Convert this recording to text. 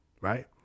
right